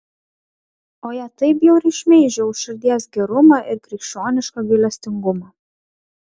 o ją taip bjauriai šmeižia už širdies gerumą ir krikščionišką gailestingumą